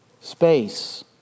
space